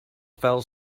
fell